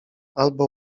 albo